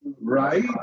Right